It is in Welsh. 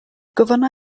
gofynna